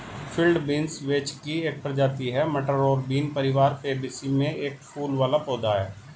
field beans vetch की एक प्रजाति है, मटर और बीन परिवार फैबेसी में एक फूल वाला पौधा है